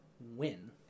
win